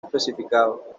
especificado